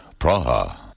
Praha